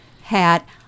hat